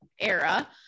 era